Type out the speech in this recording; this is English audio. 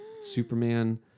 Superman